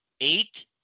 eight